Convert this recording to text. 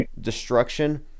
destruction